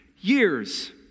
years